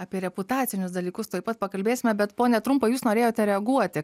apie reputacinius dalykus tuoj pat pakalbėsime bet pone trumpa jūs norėjote reaguoti